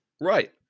right